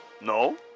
No